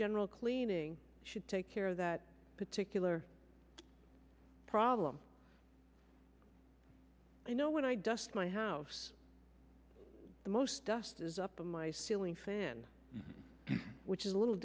general cleaning should take care of that particular problem you know when i dust my house the most dust is up to my ceiling fan which is a little